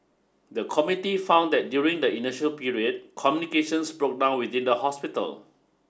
the committee found that during the initial period communications broke down within the hospital